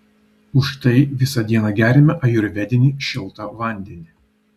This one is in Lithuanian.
už tai visą dieną geriame ajurvedinį šiltą vandenį